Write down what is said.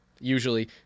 usually